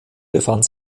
befand